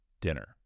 dinner